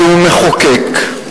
שהוא מחוקק,